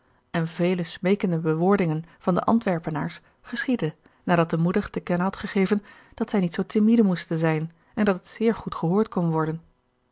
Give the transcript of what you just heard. en vele smeekende bewoordingen van de antwerpenaars geschiedde nadat de moeder te kennen had gegeven dat zij niet zoo timide moesten zijn en dat het zeer goed gehoord kon worden